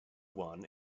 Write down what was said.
one